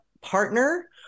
partner